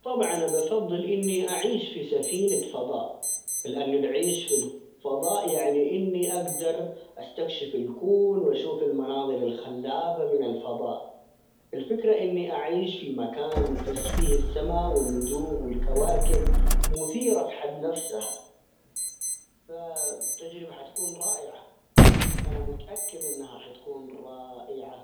طبعًا، أبَفَضِّل إني أعيش في سفينة فضاء؛ لأن العيش في الفضاء يعني إني أجدر استكشف الكون وأشوف المناظر الخلابة من الفضاء، الفكرة إني أعيش في مكان فيه السما والنجوم والكواكب مثيرة في حد نفسها، فتجربة حتكون رائعة، أنا متأكد إنها راح تكون رائعة.